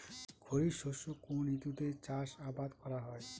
খরিফ শস্য কোন ঋতুতে চাষাবাদ করা হয়?